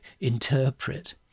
interpret